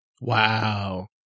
Wow